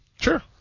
Sure